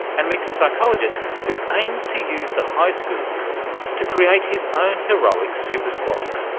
and meets a psychologist who aims to use the high school system to create his own heroic supersquads,